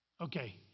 Okay